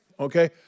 Okay